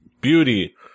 beauty